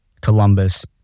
Columbus-